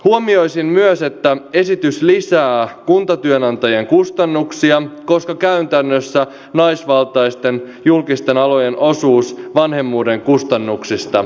huomioisin myös että esitys lisää kuntatyönantajien kustannuksia koska käytännössä naisvaltaisten julkisten alojen osuus vanhemmuuden kustannuksista kasvaa